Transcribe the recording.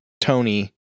Tony